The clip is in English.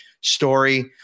story